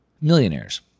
millionaires